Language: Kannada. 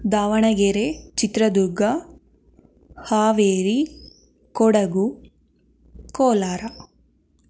ದಾವಣಗೆರೆ ಚಿತ್ರದುರ್ಗ ಹಾವೇರಿ ಕೊಡಗು ಕೋಲಾರ